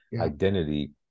identity